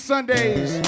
Sundays